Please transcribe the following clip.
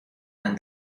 and